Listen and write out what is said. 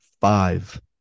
five